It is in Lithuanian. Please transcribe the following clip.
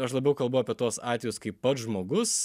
aš labiau kalbu apie tuos atvejus kai pats žmogus